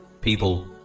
people